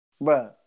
bro